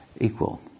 equal